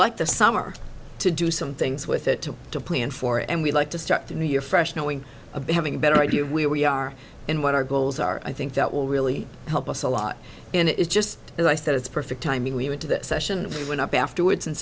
like the summer to do some things with it to plan for and we'd like to start the new year fresh knowing a bit having a better idea of where we are and what our goals are i think that will really help us a lot and it is just as i said it's perfect timing we went to this session and we went up afterwards and